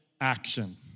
action